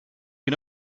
can